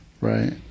Right